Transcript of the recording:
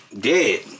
dead